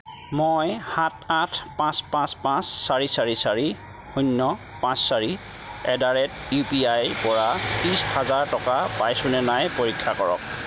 মই সাত আঠ পাঁচ পাঁচ পাঁচ চাৰি চাৰি চাৰি শূন্য পাঁচ চাৰি এট দ্য ৰেট ইউ পি আইৰ পৰা ত্ৰিছ হাজাৰ টকা পাইছোঁনে নাই পৰীক্ষা কৰক